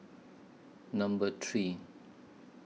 Number three